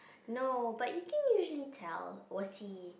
no but you can usually tell was he